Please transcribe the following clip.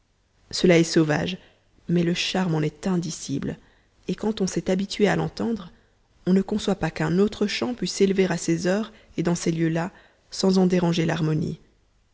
cela est sauvage mais le charme en est indicible et quand on s'est habitué à l'entendre on ne conçoit pas qu'un autre chant pût s'élever à ces heures et dans ces lieux-là sans en déranger l'harmonie